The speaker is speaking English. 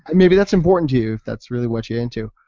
um maybe that's important to you if that's really what you're into.